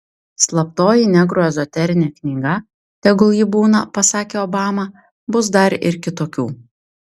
slaptoji negrų ezoterinė knyga tegul ji būna pasakė obama bus dar ir kitokių